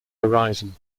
horizon